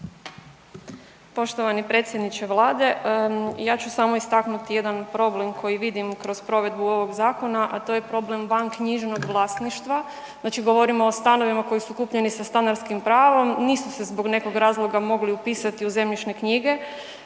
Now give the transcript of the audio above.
Poštovani predsjedniče Vlade, ja ću samo istaknuti jedan problem koji vidim kroz provedbu ovog zakona, a to je problem vanknjižnog vlasništva. Znači govorimo o stanovima koji su kupljeni sa stanarskim pravom. Nisu se zbog nekog razloga mogli upisati u zemljišne knjige.